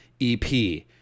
EP